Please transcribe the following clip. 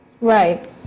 Right